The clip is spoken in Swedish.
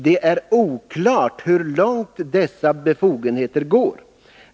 Det är oklart hur långt dessa befogenheter går.